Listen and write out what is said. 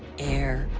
air,